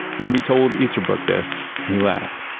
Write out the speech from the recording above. when we told easterbrook this, he laughed.